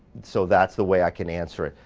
so that's the way i can answer it.